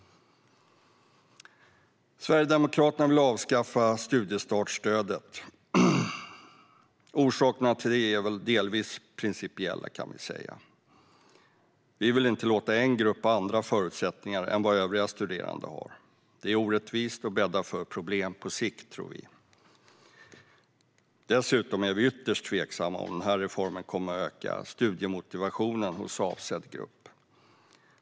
Sverigedemokraterna vill avskaffa studiestartsstödet. Orsakerna till det är väl delvis principiella, kan vi säga - vi vill inte låta en grupp ha andra förutsättningar än vad övriga studerande har. Det är orättvist och bäddar för problem på sikt, tror vi. Dessutom är vi ytterst tveksamma till om den här reformen kommer att öka studiemotivationen hos avsedd grupp.